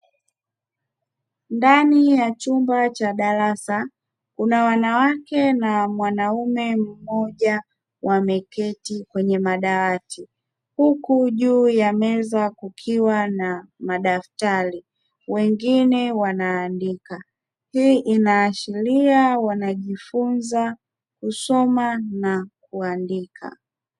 Ndani ya chumba cha darasa kuna wanawake na mwanaume mmoja wameketi kwenye madawati huku juu ya meza kukiwa na madaftari wengine wanaandika, hii inaashiria wanajifunza kusoma na kuandika.